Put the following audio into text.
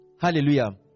Hallelujah